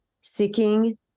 seeking